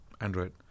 Android